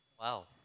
Wow